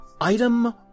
item